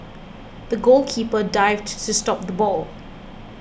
the goalkeeper dived to stop the ball